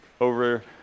over